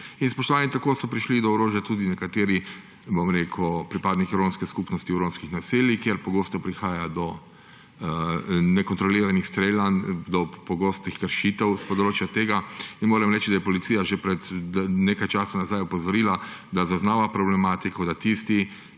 do orožja. Tako so prišli do orožja tudi nekateri pripadniki romske skupnosti v romskih naseljih, kjer pogosto prihaja do nekontroliranih streljanj, do pogostih kršitev s tega področja. Moram reči, da je policija že pred nekaj časa nazaj opozorila, da zaznava problematiko, da tisti